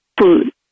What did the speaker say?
food